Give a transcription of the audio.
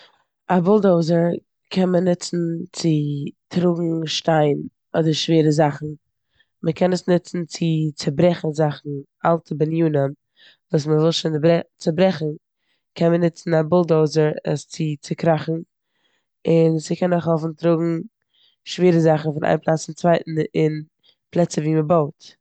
א בולדאזער קען מען נוצן צו טראגן שטיין אדער שווערע זאכן, מ'קען עס נוצן צו ציברעכן זאכן, אלטע בנינים וואס מ'וויל שוין נעברע- ציברעכן קען מען נוצן א בולדאזער עס צו צוקראכן און ס'קען אויך העלפן טראגן שווערע זאכן פון איין פלאץ צום צווייטן אין פלעצער ווי מ'בויט.